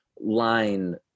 line